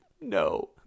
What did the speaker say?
no